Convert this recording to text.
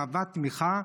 אהבה ותמיכה,